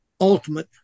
ultimate